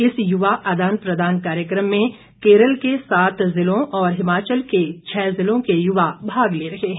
इस यूवा आदान प्रदान कार्यक्रम में केरल के सात जिलों और हिमाचल के छः जिलों के युवा भाग ले रहे हैं